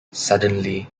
suddenly